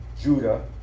Judah